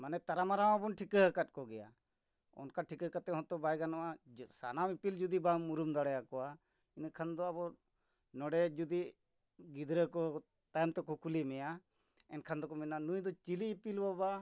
ᱢᱟᱱᱮ ᱛᱟᱨᱟ ᱢᱟᱨᱟ ᱦᱚᱸ ᱵᱚᱱ ᱴᱷᱤᱠᱟᱹ ᱟᱠᱟᱫ ᱠᱚᱜᱮᱭᱟ ᱚᱱᱠᱟ ᱴᱷᱤᱠᱟᱹ ᱠᱟᱛᱮ ᱦᱚᱸᱛᱚ ᱵᱟᱭ ᱜᱟᱱᱚᱜᱼᱟ ᱥᱟᱱᱟᱢ ᱤᱯᱤᱞ ᱡᱩᱫᱤ ᱵᱟᱢ ᱢᱩᱨᱩᱢ ᱫᱟᱲᱮ ᱟᱠᱚᱣᱟ ᱤᱱᱟᱹ ᱠᱷᱟᱱ ᱫᱚ ᱟᱵᱚ ᱱᱚᱰᱮ ᱡᱩᱫᱤ ᱜᱤᱫᱽᱨᱟᱹ ᱠᱚ ᱛᱟᱭᱚᱢ ᱛᱮᱠᱚ ᱠᱩᱞᱤ ᱢᱮᱭᱟ ᱮᱱᱠᱷᱟᱱ ᱫᱚᱠᱚ ᱢᱮᱱᱟ ᱱᱩᱭ ᱫᱚ ᱪᱤᱞᱤ ᱤᱯᱤᱞ ᱵᱟᱵᱟ